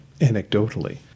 anecdotally